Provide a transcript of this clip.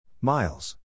Miles